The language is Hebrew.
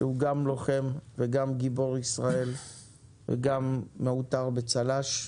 שהוא גם לוחם וגם גיבור ישראל וגם מעוטר בצל"ש.